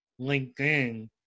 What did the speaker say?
LinkedIn